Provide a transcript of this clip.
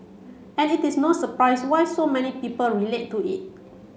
and it is no surprise why so many people relate to it